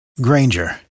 Granger